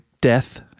death